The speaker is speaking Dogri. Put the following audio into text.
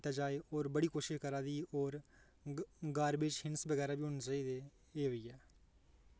और बड़ी कोशिश करै दी और गारबेज बगैरा बी होने चाहिदे एह् होई गेआ